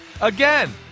Again